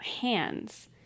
hands